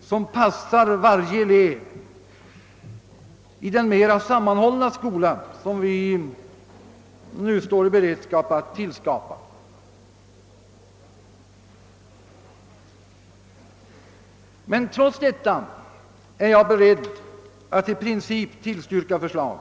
som passar varje elev i den mera sammanhållna skola vi nu står i beredskap att införa. Trots detta är jag beredd att i princip godta förslaget.